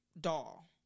doll